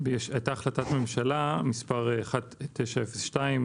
החלטת ממשלה מס' 1902,